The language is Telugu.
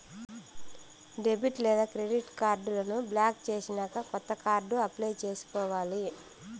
డెబిట్ లేదా క్రెడిట్ కార్డులను బ్లాక్ చేసినాక కొత్త కార్డు అప్లై చేసుకోవాలి